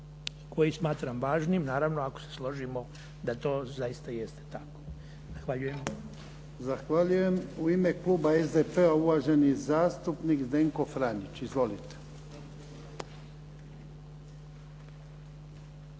koji smatram važnim. Naravno ako se složimo da to zaista jeste tako. Zahvaljujem. **Jarnjak, Ivan (HDZ)** Zahvaljujem. U ime kluba SDP-a, uvaženi zastupnik Zdenko Franić. Izvolite.